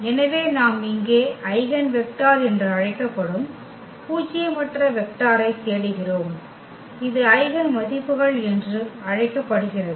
எனவே நாம் இங்கே ஐகென் வெக்டர் என்று அழைக்கப்படும் பூஜ்யமற்ற வெக்டாரைத் தேடுகிறோம் இது ஐகென் மதிப்புகள் என்று அழைக்கப்படுகிறது